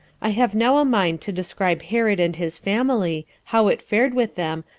i have now a mind to describe herod and his family, how it fared with them,